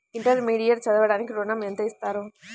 Intermediate చదవడానికి ఋణం ఎంత ఇస్తారు?